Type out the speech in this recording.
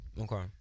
Okay